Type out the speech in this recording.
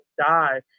die